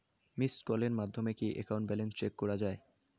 Missed কলের মাধ্যমে কি একাউন্ট ব্যালেন্স চেক করা যায়?